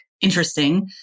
interesting